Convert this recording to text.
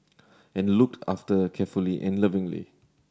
and looked after carefully and lovingly